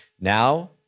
Now